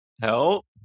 help